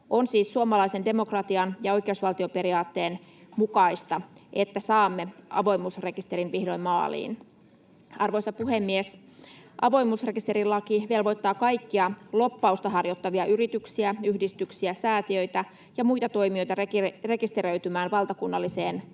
On siis suomalaisen demokratian ja oikeusvaltioperiaatteen mukaista, että saamme avoimuusrekisterin vihdoin maaliin. Arvoisa puhemies! Avoimuusrekisterilaki velvoittaa kaikkia lobbausta harjoittavia yrityksiä, yhdistyksiä, säätiöitä ja muita toimijoita rekisteröitymään valtakunnalliseen